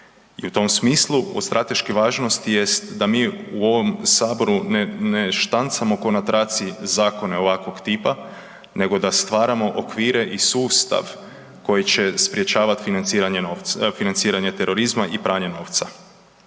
I u tom smislu, od strateške važnosti jest da mi u ovom Saboru ne štancamo ko na traci zakone ovakvog tipa, nego da stvaramo okvire i sustav koji će sprječavati financiranje terorizma i pranje novca.